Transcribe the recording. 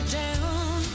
down